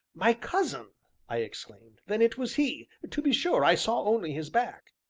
my cousin! i exclaimed then it was he to be sure i saw only his back.